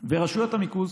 ורשויות הניקוז,